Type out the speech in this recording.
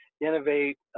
Innovate